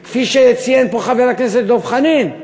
כפי שציין פה חבר הכנסת דב חנין,